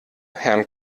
herrn